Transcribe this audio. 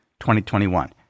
2021